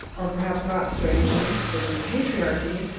or perhaps not strangely given the patriarchy,